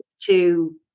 to-